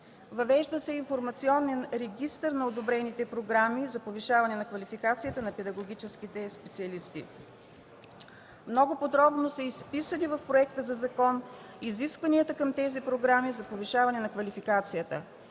Въвежда се информационен регистър на одобрените програми за повишаване на квалификацията на педагогическите специалисти. В Проекта за закон много подробно са изписани изискванията към програмите за повишаване на квалификацията.